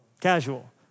Casual